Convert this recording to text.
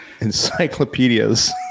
encyclopedias